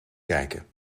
kijken